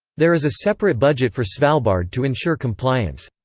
there is a separate budget for svalbard to ensure compliance.